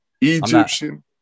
egyptian